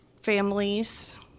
families